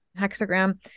hexagram